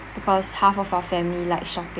because half of our family like shopping